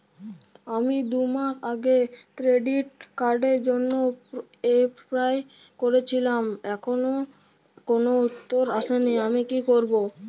আমি দুমাস আগে ক্রেডিট কার্ডের জন্যে এপ্লাই করেছিলাম এখনো কোনো উত্তর আসেনি আমি কি করব?